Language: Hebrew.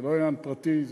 ולא עניין פרטי.